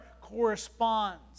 corresponds